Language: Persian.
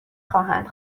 خواهند